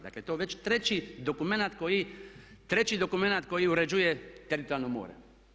Dakle to je već treći dokumenat koji, treći dokumenat koji uređuje teritorijalno more.